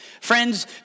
Friends